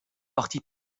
parti